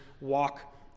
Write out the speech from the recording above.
walk